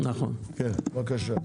כן בבקשה.